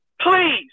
please